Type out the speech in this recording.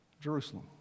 Jerusalem